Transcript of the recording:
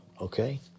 Okay